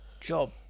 job